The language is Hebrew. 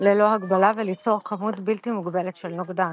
ללא הגבלה וליצור כמות בלתי מוגבלת של נוגדן.